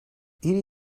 ieder